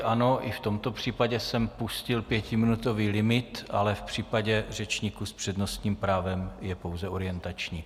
Ano, i v tomto případě jsem pustil pětiminutový limit, ale v případě řečníků s přednostním právem je pouze orientační.